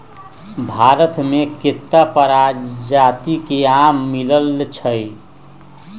भारत मे केत्ता परजाति के आम मिलई छई